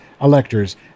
electors